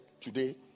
today